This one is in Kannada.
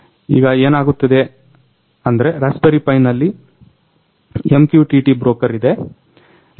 ಈಗ ಏನಾಗುತ್ತದೆ ಅಂದ್ರೆ ರಸ್ಪಬರಿ ಪೈನಲ್ಲಿ MQTT ಬ್ರೋಕರ್ ಇದೆ 1017 ಸಮಯವನ್ನ ಗಮನಿಸಿ